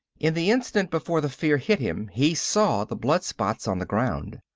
in the instant before the fear hit him he saw the blood spots on the ground.